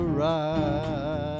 right